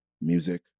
music